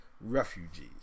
refugees